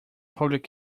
public